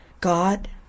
God